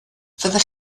fyddech